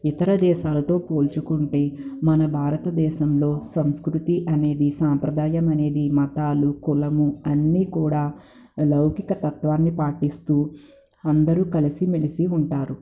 ఇతర దేశాలతో పోల్చుకుంటే మన భారతదేశంలో సంస్కృతి అనేది సాంప్రదాయం అనేది మతాలు కులము అన్నీ కూడా లౌకిక తత్వాన్ని పాటిస్తూ అందరూ కలిసిమెలిసి ఉంటారు